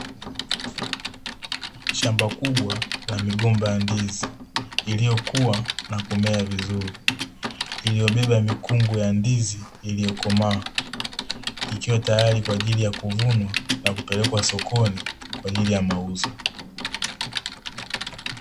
Shamba kubwa la migomba ya ndizi iliyokua na kumea vizuri, iliyobeba mikungu ya ndizi iliyokomaa ikiwa tayari kwa ajili ya kuvunwa na kupelekwa sokoni kwa ajili ya mauzo.